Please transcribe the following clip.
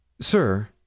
Sir